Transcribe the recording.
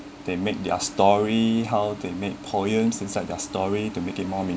they make their story how they make poems inside their story to make it more mean~